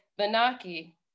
Benaki